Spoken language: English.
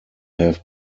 have